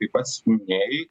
kaip pats minėjai